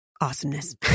awesomeness